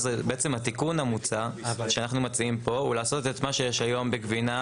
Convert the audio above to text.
בעצם התיקון המוצע שאנחנו מציעים פה הוא לעשות את מה שיש היום בגבינה,